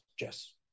yes